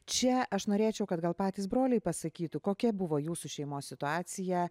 čia aš norėčiau kad gal patys broliai pasakytų kokia buvo jūsų šeimos situacija